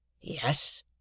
Yes